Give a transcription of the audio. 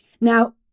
Now